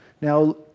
Now